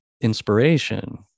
inspiration